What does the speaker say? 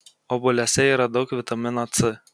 obuoliuose yra daug vitamino c